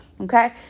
Okay